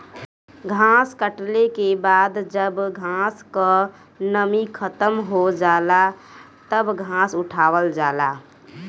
घास कटले के बाद जब घास क नमी खतम हो जाला तब घास उठावल जाला